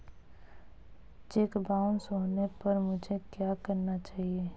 Check bounce होने पर मुझे क्या करना चाहिए?